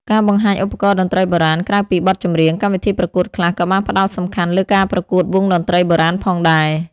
ការបង្ហាញឧបករណ៍តន្ត្រីបុរាណ ក្រៅពីបទចម្រៀង កម្មវិធីប្រកួតខ្លះក៏បានផ្ដោតសំខាន់លើការប្រកួតវង់តន្ត្រីបុរាណផងដែរ។